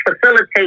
facilitate